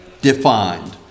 defined